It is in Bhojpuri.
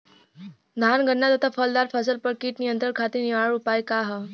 धान गन्ना तथा फलदार फसल पर कीट नियंत्रण खातीर निवारण उपाय का ह?